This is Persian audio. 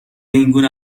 اینگونه